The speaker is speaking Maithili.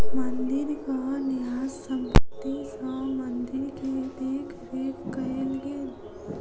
मंदिरक न्यास संपत्ति सॅ मंदिर के देख रेख कएल गेल